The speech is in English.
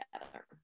together